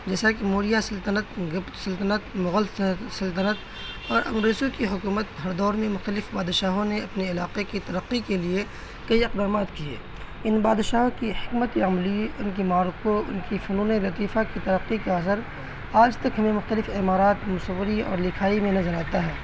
جیسا کہ موریہ سلطنت گپت سلطنت مغل سلطنت اور انگریزوں کی حکومت ہر دور میں متخلف بادشاہوں نے اپنے علاقے کی ترقی کے لیے کئی اقدامات کیے ان بادشاہوں کی حکمت عملی ان کی معروکوں ان کی فنون لطیفہ کی ترقی کے اثر آج تک ہمیں مختلف عمارات مصوری اور لکھائی میں نظر آتا ہے